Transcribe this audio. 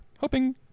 Hoping